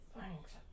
Thanks